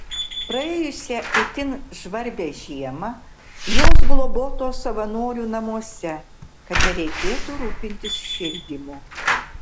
praėjusią itin žvarbią žiemą jos globotos savanorių namuose kad nereikėtų rūpintis šildymu